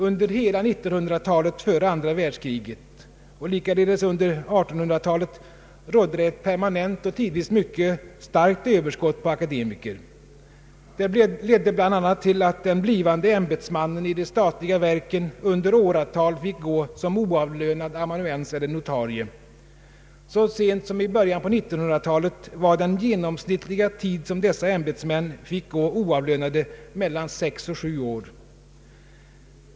Under hela 1900-talet före andra världskriget och likaledes under 1800-talet rådde det ett permanent och tidvis myckest starkt överskott på akademiker. Det ledde bl.a. till att den blivande ämbetsmannen i de statliga verken under åratal fick gå som oav lönad amanuens eller notarie. Så sent som i början av 1900-talet var den genomsnittliga tid som dessa ämbetsmän fick gå oavlönade mellan sex och sju år.